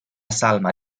salma